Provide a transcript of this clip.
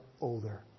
older